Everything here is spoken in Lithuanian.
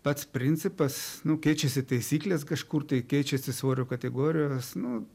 pats principas nu keičiasi taisyklės kažkur tai keičiasi svorio kategorijos nu